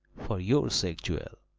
for your sake, jewel,